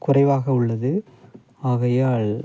குறைவாக உள்ளது ஆகையால்